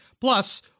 Plus